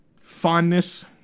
fondness